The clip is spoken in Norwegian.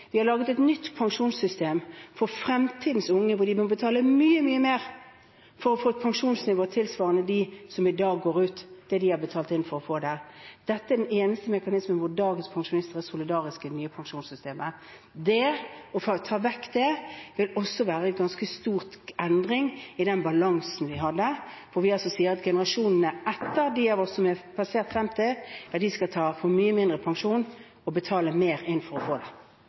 Vi har laget et nytt pensjonssystem for fremtidens unge, som må betale mye, mye mer for å få et pensjonsnivå tilsvarende det de som i dag går ut, har betalt inn for å få. Dette er den eneste mekanismen hvor dagens pensjonister er solidariske i det nye pensjonssystemet. Det å ta vekk det vil også være en ganske stor endring i den balansen vi hadde, hvor vi sier at generasjonene etter de av oss som har passert 50, skal få mye mindre pensjon og betale mer inn for å få det.